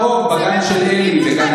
על מה אתה מדבר?